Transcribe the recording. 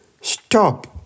Stop